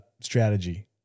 strategy